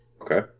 Okay